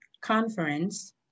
conference